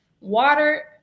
Water